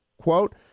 Quote